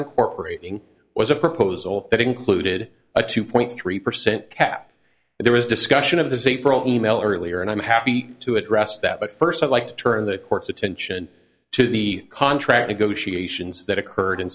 incorporating was a proposal that included a two point three percent cap and there was discussion of this april email earlier and i'm happy to address that but first i'd like to turn the court's attention to the contract negotiations that occurred in